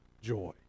joy